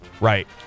right